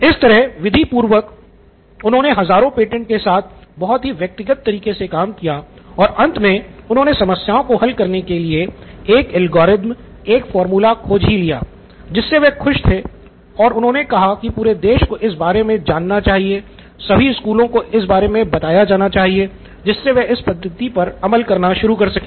इस तरह विधिपूर्वक उन्होंने हजारों पेटेंटों के साथ बहुत ही व्यवस्थित तरीके से काम किया और अंत में उन्होने समस्याओं को हल करने के लिए एक एल्गोरिथ्म एक फार्मूला खोज ही लिया जिससे वह खुश थे और उन्होंने कहा कि पूरे देश को इस बारे में जानना चाहिए सभी स्कूलों को इस बारे में बताया जाना चाहिए जिससे वे इस पद्धति पर अमल करना शुरू कर सके